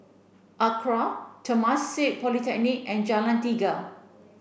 ACRA Temasek Polytechnic and Jalan Tiga